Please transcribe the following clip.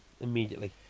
immediately